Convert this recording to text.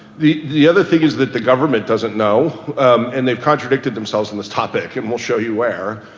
the the other thing is that the government doesn't know and they contradicted themselves on this topic and we'll show you where.